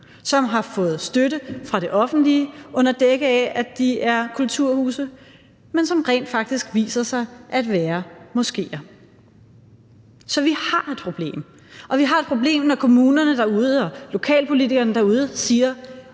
som har fået støtte af det offentlige under dække af, at de er kulturhuse, men som rent faktisk viser sig at være moskéer. Så vi har et problem, og vi har et problem, når kommunerne derude og lokalpolitikerne derude siger,